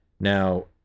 now